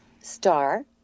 Star